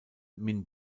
min